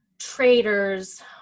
traders